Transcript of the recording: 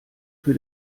für